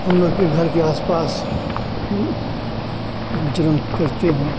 हम लोग के घर के आस पास विचरण करते हैं